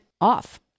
off